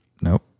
Nope